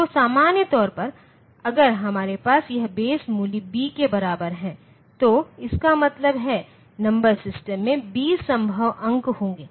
तो सामान्य तौर पर अगर हमारे पास यह बेस मूल्य b के बराबर है तो इसका मतलब है नंबर सिस्टम में b संभव अंक होंगे